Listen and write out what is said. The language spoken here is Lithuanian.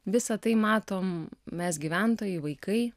visa tai matom mes gyventojai vaikai